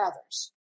others